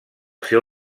seu